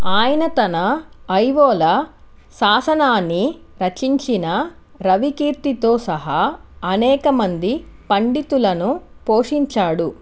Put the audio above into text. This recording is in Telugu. ఆయన తన ఐవోళ శాసనాన్ని రచించిన రవికీర్తితో సహా అనేక మంది పండితులను పోషించాడు